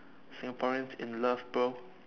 Singaporeans in love bro